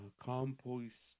compost